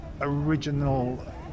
original